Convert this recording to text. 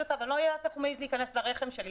אותה ואני לא יודעת איך הוא מעז להיכנס לרחם שלי.